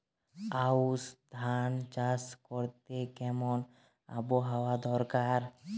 আউশ ধান চাষ করতে কেমন আবহাওয়া দরকার?